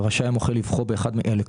רשאי המוכר לבחור באחד מאלה: